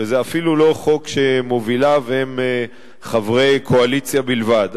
וזה אפילו לא חוק שמוביליו הם חברי קואליציה בלבד.